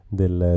del